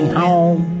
home